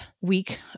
week